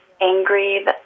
angry